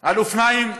על אופניים חשמליים,